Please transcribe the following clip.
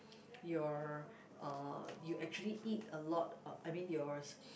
your uh you actually eat a lot I mean yours